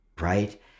Right